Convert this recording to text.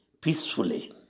peacefully